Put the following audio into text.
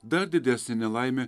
dar didesnė nelaimė